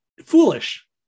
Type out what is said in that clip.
Foolish